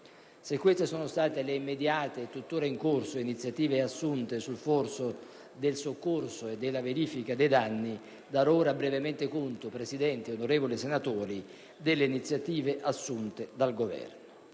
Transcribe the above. Queste sono state le immediate iniziative, tuttora in corso, assunte sul fronte del soccorso e della verifica dei danni. Darò ora brevemente conto, Presidente e onorevoli senatori, delle iniziative assunte dal Governo.